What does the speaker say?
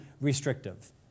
restrictive